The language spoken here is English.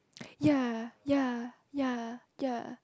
ya ya ya ya